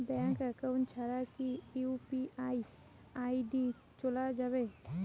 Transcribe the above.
Bank account ছাড়া কি UPI ID চোলা যাবে?